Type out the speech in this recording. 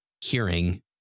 hearing